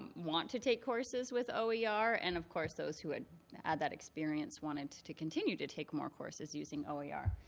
want to take courses with oer. ah and of course, those who had had that experience wanted to continue to take more courses using oer.